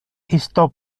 isto